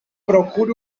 procure